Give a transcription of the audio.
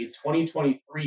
2023